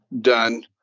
done